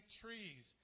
trees